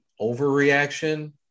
overreaction